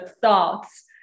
thoughts